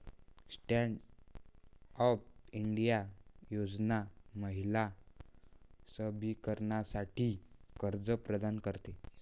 stand up India योजना महिला सबलीकरणासाठी कर्ज प्रदान करते